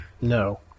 No